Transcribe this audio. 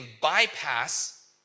bypass